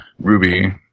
Ruby